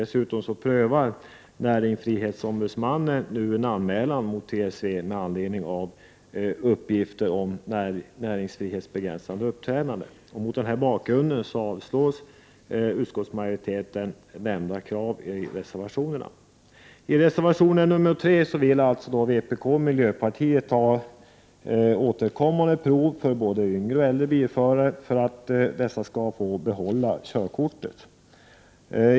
Dessutom prövar näringsfrihetsombudsmannen nu en anmälan mot TSV med anledning av uppgifter om näringsfrihetsbegränsande uppträdande. Mot denna bakgrund avstyrks nämnda krav i reservationerna. I reservation 3 kräver vpk och miljöpartiet återkommande prov för både yngre och äldre bilförare för att dessa skall få behålla sina körkort.